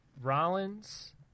Rollins